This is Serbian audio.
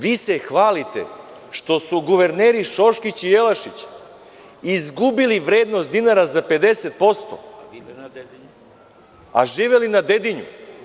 Vi se hvalite što su guverneri Šoškić i Jelašić izgubili vrednost dinara za 50%, a živeli na Dedinju.